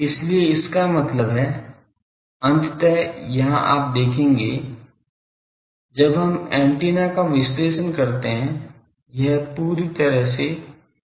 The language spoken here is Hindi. इसलिए इसका मतलब है अंततः यहाँ आप देखते हैं जब हम एंटीना का विश्लेषण करते हैं यह पूरी तरह से फील्ड थ्योरी है